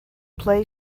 play